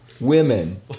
women